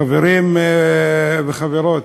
חברים וחברות,